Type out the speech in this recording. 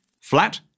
Flat